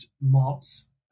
mobs